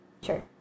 sure